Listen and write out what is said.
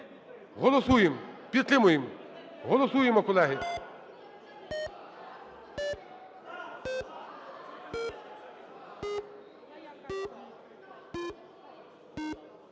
Голосуємо, підтримуємо. Голосуємо, колеги.